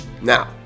Now